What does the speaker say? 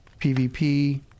PvP